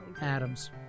Adams